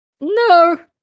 No